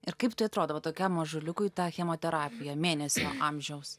ir kaip tai atrodo va tokiam mažuliukui ta chemoterapija mėnesio amžiaus